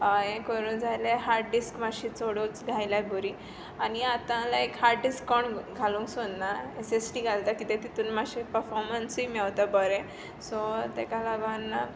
हें करूंक जाल्यार हार्ड डिस्क मातशी चडूच घातल्यार बरी आनी आतां लायक हार्ड डिस्क कोण घालूंक सोदना एस एस डी घालता कित्याक तातूंत मातशें पर्फोरमंसूय मेळता बरें सो ताका लागून